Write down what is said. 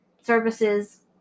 services